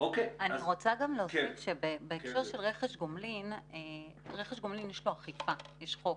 לרכש גומלין יש אכיפה, יש חוק,